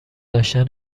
داشتن